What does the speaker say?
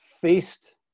faced